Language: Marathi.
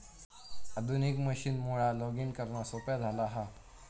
आधुनिक मशीनमुळा लॉगिंग करणा सोप्या झाला हा